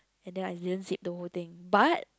and I didn't zip the whole thing but